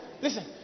listen